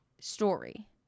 story